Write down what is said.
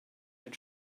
your